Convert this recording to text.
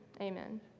Amen